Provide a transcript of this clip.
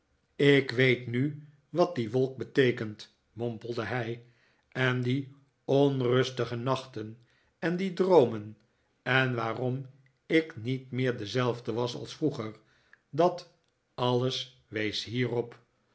ik weet nu wat die wolk beteekent mompelde hij en die onrustige nachten en die droomen en waarom ik niet meer dezelfde was als vroeger dat alles wees hierop